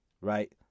Right